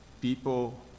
People